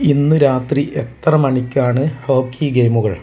ഇന്ന് രാത്രി എത്ര മണിക്കാണ് ഹോക്കി ഗെയിമുകൾ